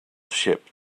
ship